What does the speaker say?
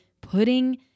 putting